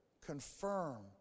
confirm